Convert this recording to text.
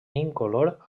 incolor